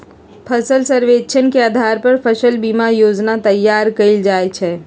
फसल सर्वेक्षण के अधार पर फसल बीमा जोजना तइयार कएल जाइ छइ